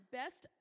best